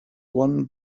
one